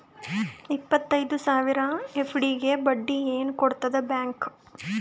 ಇಪ್ಪತ್ತೈದು ಸಾವಿರ ಎಫ್.ಡಿ ಗೆ ಬಡ್ಡಿ ಏನ ಕೊಡತದ ಬ್ಯಾಂಕ್?